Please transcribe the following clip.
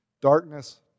Darkness